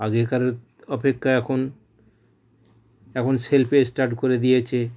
আগেকার অপেক্ষা এখন এখন সেলফ স্টার্ট করে দিয়েছে